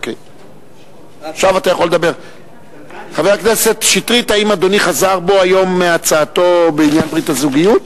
עברה בקריאה טרומית ותועבר לוועדת הכלכלה על מנת להכינה לקריאה ראשונה.